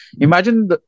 imagine